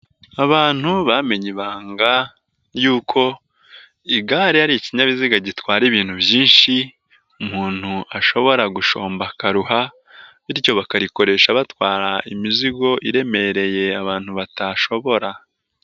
Abantu bamenye ibanga yuko igare ari ikinyabiziga gitwara ibintu byinshi, umuntu ashobora gushomba akaruha bityo bakarikoresha batwara imizigo iremereye abantu batashobora.